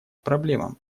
проблемам